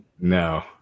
No